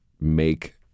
make